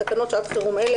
1. בתקנות שעת חירום אלה,